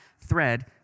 thread